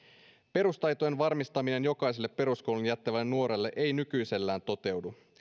perustaitojen varmistaminen jokaiselle peruskoulun jättävälle nuorelle ei nykyisellään toteudu